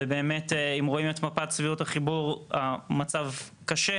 ובאמת אם רואים את מפת סבירות החיבור המצב קשה,